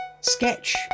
Sketch